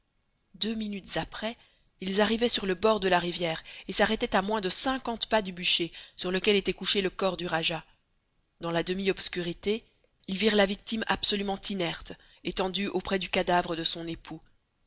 deux minutes après ils arrivaient sur le bord de la rivière et s'arrêtaient à moins de cinquante pas du bûcher sur lequel était couché le corps du rajah dans la demi-obscurité ils virent la victime absolument inerte étendue auprès du cadavre de son époux